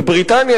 בבריטניה,